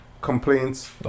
complaints